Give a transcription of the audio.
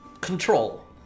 control